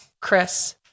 Chris